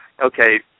okay